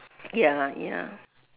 ya ah ya